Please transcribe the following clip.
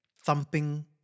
thumping